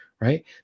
right